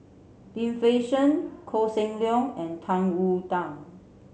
Lim Fei Shen Koh Seng Leong and Tang Wu Da